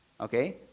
Okay